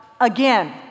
again